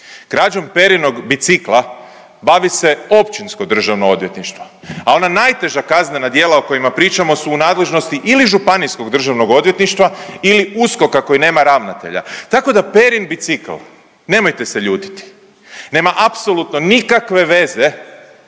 krađom Perinog bicikla bavi se Općinsko državno odvjetništvo, a ona najteža kaznena djela o kojima pričamo su u nadležnosti ili Županijskog državnog odvjetništva ili USKOK-a koji nema ravnatelja, tako da Perin bicikl, nemojte se ljutiti, nema apsolutno nikakve veze